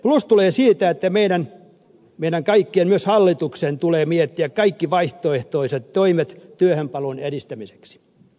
plus tulee siitä että meidän kaikkien myös hallituksen tulee miettiä kaikki vaihtoehtoiset toimet työhönpaluun edistämiseksi